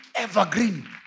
Evergreen